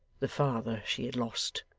the father she had lost